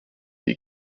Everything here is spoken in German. die